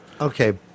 Okay